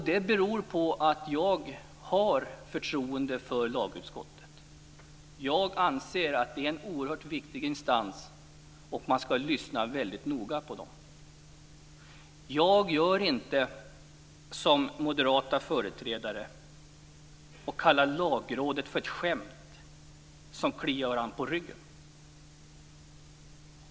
Det beror på att jag har förtroende för lagutskottet. Jag anser att det är en oerhört viktig instans och att man skall lyssna väldigt noga på dem. Jag gör inte som moderata företrädare, som kallar Lagrådet för ett skämt och säger att man där kliar varandra på ryggen.